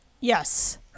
Yes